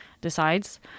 decides